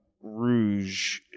Rouge